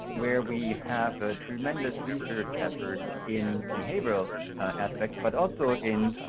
where we have a tremendous research effort in behavioral aspects but also in